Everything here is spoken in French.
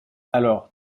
alors